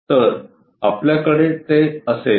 तर आपल्याकडे ते असेल